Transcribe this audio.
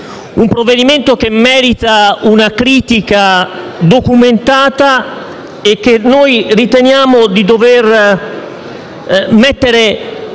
un provvedimento che merita una critica documentata e che noi riteniamo di dover mettere